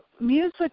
music